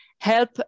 help